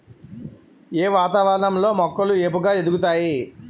ఏ వాతావరణం లో మొక్కలు ఏపుగ ఎదుగుతాయి?